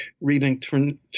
reading